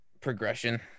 progression